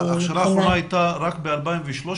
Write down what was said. ההכשרה האחרונה הייתה רק ב-2013?